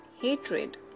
hatred